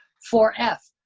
four f,